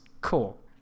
cool